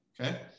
okay